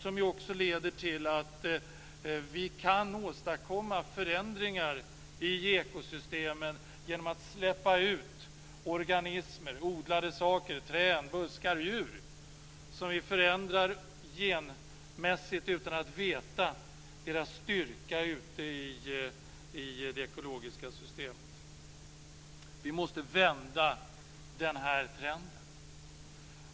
Men den leder också till att vi kan åstadkomma förändringar i ekosystemen genom att släppa ut organismer, odlade saker, träd, buskar och djur som vi förändrar genmässigt utan att känna till deras styrka ute i det ekologiska systemet. Vi måste vända den här trenden.